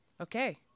okay